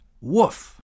Woof